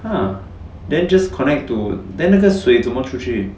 !huh! then just connect to then 那个水怎么出去